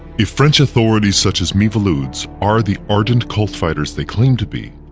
if french authorities such as miviludes are the ardent cult fighters they claim to be,